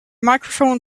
microphone